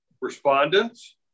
respondents